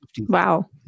Wow